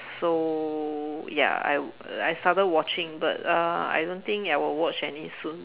so ya I I started watching but uh I don't think I will watch any soon